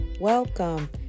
welcome